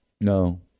No